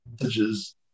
messages